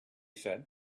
said